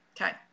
Okay